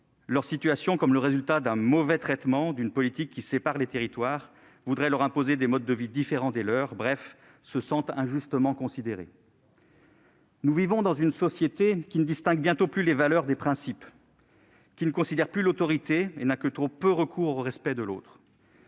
leur situation comme le résultat d'un mauvais traitement, d'une politique qui sépare les territoires et voudrait leur imposer des modes de vie différents des leurs. Bref, ils se sentent injustement considérés. Nous vivons dans une société qui ne distingue bientôt plus les valeurs des principes, qui ne considère plus l'autorité et n'a que trop peu recours au respect de l'autre,